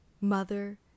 Mother